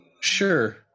Sure